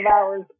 hours